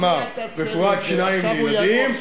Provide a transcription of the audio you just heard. אמר: רפואת שיניים לילדים,